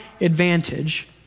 advantage